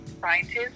scientists